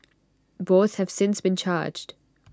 both have since been charged